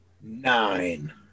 Nine